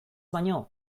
baino